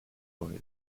toys